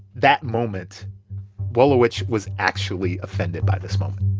that moment wolowitz was actually offended by this moment